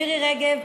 מירי רגב,